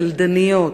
קלדניות,